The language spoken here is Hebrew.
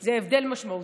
זה הבדל משמעותי,